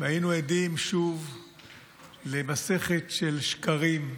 והיינו עדים שוב למסכת של שקרים,